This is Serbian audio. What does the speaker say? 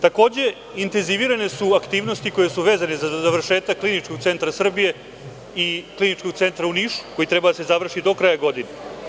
Takođe, intenzivirane su aktivnosti koje su vezane za završetak Kliničkog centra Srbije i Kliničkog centra u Nišu koji treba da se završi do kraja godine.